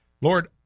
lord